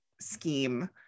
scheme